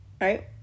right